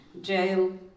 jail